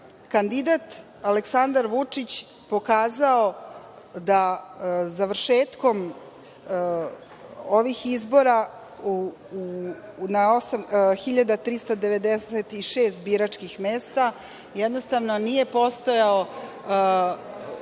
kandidat Aleksandar Vučić, pokazao da završetkom ovih izbora na 8.396 biračkih mesta, nije postojao